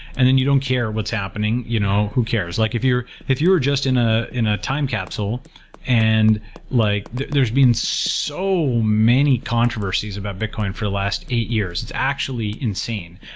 and then you don't care what's happening. you know who cares? like if you're if you're just in ah in a time capsule and like there's been so many controversies about bitcoin for the last eight years. it's actually insane.